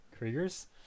Kriegers